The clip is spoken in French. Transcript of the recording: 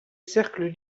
cercles